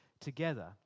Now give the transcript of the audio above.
together